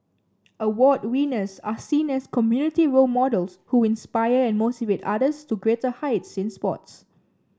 award winners are seen as community role models who inspire and motivate others to greater heights in sports